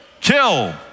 kill